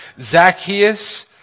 Zacchaeus